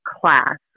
class